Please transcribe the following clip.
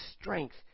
strength